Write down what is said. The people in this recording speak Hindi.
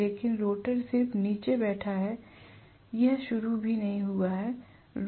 लेकिन रोटर सिर्फ नीचे बैठा है यह शुरू भी नहीं हुआ है